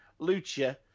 Lucha